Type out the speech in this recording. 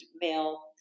male